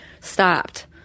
stopped